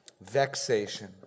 vexation